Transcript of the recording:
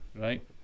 right